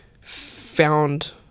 found